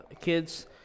Kids